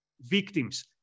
victims